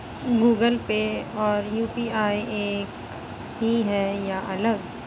Google Pay और UPI एक ही है या अलग?